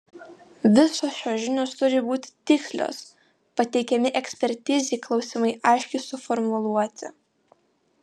visos šios žinios turi būti tikslios pateikiami ekspertizei klausimai aiškiai suformuluoti